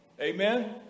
Amen